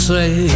say